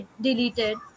deleted